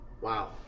wow